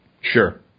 Sure